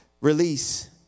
release